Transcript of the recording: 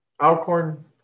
Alcorn